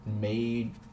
made